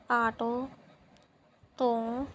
auto ਤੋਂ